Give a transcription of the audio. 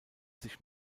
sich